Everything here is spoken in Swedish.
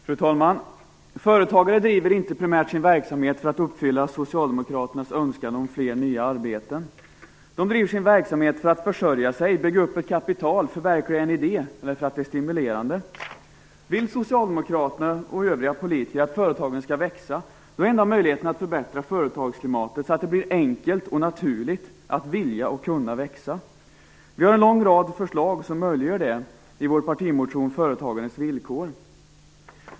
Fru talman! Företagare driver inte primärt sin verksamhet för att uppfylla Socialdemokraternas önskan om fler nya arbeten. De driver sin verksamhet för att försörja sig, bygga upp ett kapital, förverkliga en idé eller för att det är stimulerande. Vill socialdemokraterna och övriga politiker att företagen skall växa är enda möjligheten att förbättra företagsklimatet så att det blir enkelt och naturligt att vilja och kunna växa. Vi har en lång rad förslag som möjliggör det i vår partimotion "Företagandets villkor".